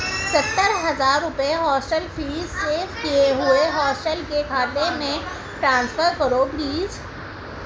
ستر ہزار روپئے ہاسٹل فیس سیو کیے ہوئے ہاسٹل کے کھاتے میں ٹرانسفر کرو پلیز